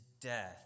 death